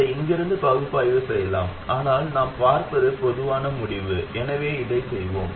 அதை இங்கிருந்து பகுப்பாய்வு செய்யலாம் ஆனால் நாம் பார்ப்பது பொதுவான முடிவு எனவே இதைச் செய்வோம்